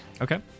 Okay